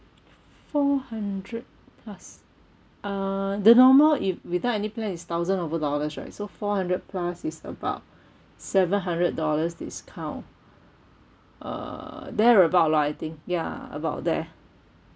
four hundred plus uh the normal if without any plan it's thousand over dollars right so four hundred plus is about seven hundred dollars discount uh there about lah I think ya about there